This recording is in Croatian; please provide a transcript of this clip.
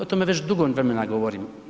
O tome već dugo vremena govorim.